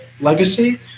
legacy